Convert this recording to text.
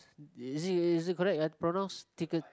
uh is it correct I pronounce tykes